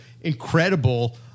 incredible